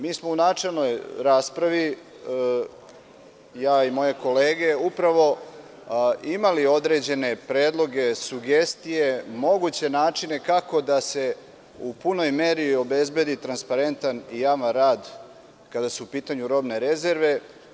Mi smo u načelnoj raspravi, ja i moje kolege, upravo imali određene predloge, sugestije, moguće načine, kako da se u punoj meri obezbedi transparentan i javan rad kada su u pitanju robne rezerve.